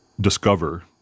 discover